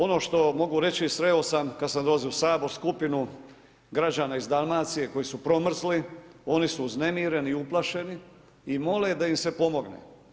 Ono što mogu reći sreo sam kada sam dolazio u Sabor skupinu građana iz Dalmacije koji su promrzli, oni su uznemireni i uplašeni i mole da im se pomogne.